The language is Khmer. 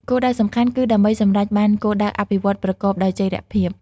គោលដៅសំខាន់គឺដើម្បីសម្រេចបាន គោលដៅអភិវឌ្ឍន៍ប្រកបដោយចីរភាព។